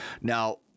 Now